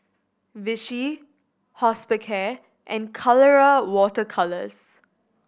Vichy Hospicare and Colora Water Colours